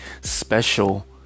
Special